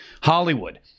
Hollywood